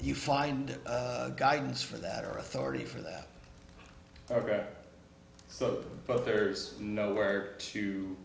you find guidance for that or authority for that ok so but there's nowhere to